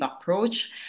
approach